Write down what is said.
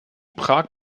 prag